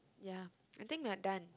ya I think we're done